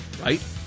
Right